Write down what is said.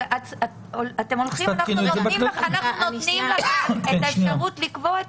אבל אנחנו נותנים לכם את האפשרות לקבוע את